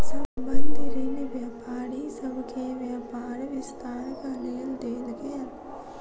संबंद्ध ऋण व्यापारी सभ के व्यापार विस्तारक लेल देल गेल